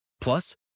Plus